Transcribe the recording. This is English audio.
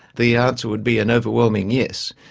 the answer would be an overwhelming yes.